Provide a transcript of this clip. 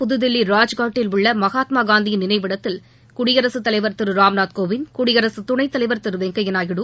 புதுதில்லி ராஜ்காட்டில் உள்ள மகாத்மாகாந்தியின் நினைவிடத்தில் குடியரசுத்தலைவர் திரு ராம்நாத்கோவிந்த் குடியரகத்துணைத்தலைவர் திரு வெங்கப்யா நாயுடு